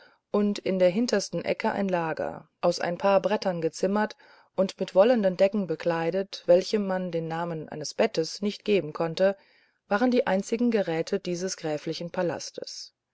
und in der hintersten ecke ein lager aus ein paar brettern gezimmert und mit wollenen decken bekleidet welchem man den namen eines bettes nicht geben konnte waren die einzigen geräte dieses gräflichen palastes